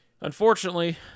Unfortunately